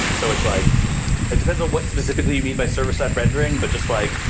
so it's like it depends on what specifically you mean by server-side rendering, but just like,